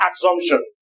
assumption